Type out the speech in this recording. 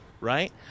Right